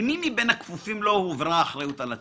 למי מבין הכפופים לו הועברה האחריות על התחקור?